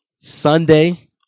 Sunday